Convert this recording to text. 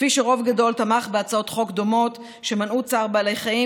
כפי שרוב גדול תמך בהצעות חוק דומות שמנעו צער בעלי חיים,